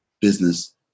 business